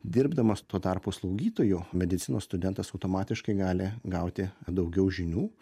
dirbdamas tuo tarpu slaugytoju medicinos studentas automatiškai gali gauti daugiau žinių